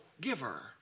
giver